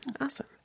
Awesome